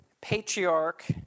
patriarch